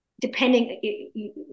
depending